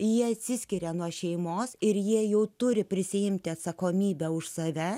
jie atsiskiria nuo šeimos ir jie jau turi prisiimti atsakomybę už save